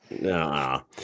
No